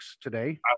today